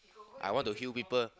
I want to heal people